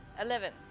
Eleven